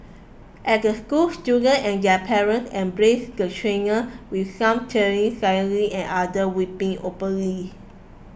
at the school students and their parents embraced the trainer with some tearing silently and other weeping openly